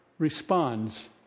responds